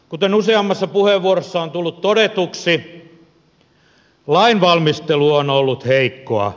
kuten useammassa puheenvuorossa on tullut todetuksi lainvalmistelu on ollut heikkoa